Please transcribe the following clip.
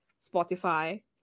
Spotify